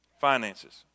Finances